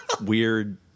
weird